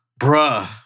Bruh